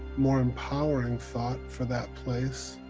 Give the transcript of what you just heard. more empowering thought for that place,